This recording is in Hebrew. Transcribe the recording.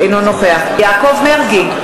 אינו נוכח יעקב מרגי,